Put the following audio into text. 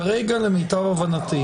כרגע, למיטב הבנתי,